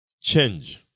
change